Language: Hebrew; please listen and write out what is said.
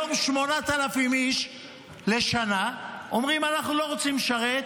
היום 8,000 איש לשנה אומרים: אנחנו לא רוצים לשרת,